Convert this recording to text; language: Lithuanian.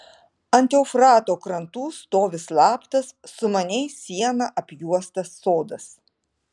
ant eufrato krantų stovi slaptas sumaniai siena apjuostas sodas